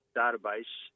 database